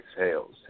exhales